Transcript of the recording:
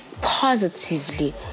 positively